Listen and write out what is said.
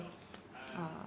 uh